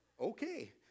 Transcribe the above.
okay